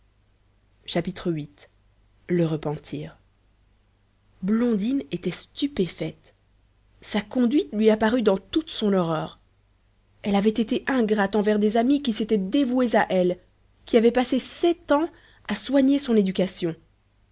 viii le repentir blondine était stupéfaite sa conduite lui apparut dans toute son horreur elle avait été ingrate envers des amis qui s'étaient dévoués à elle qui avaient passé sept ans à soigner son éducation